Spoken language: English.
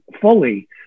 fully